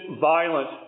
violent